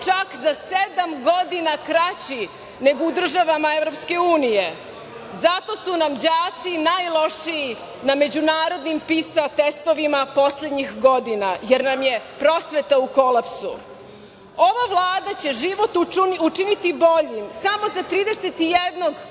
čak za sedam godina kraći nego u državama EU. Zato su nam đaci najlošiji na međunarodnim PISA testovima poslednjih godina, jer nam je prosveta u kolapsu. Ova Vlada će život učiniti boljim samo ta 31 čoveka